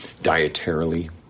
dietarily